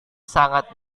sangat